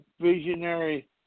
visionary